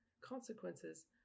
consequences